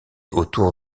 autour